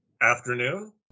Afternoon